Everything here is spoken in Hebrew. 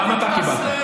גם אתה קיבלת.